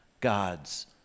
God's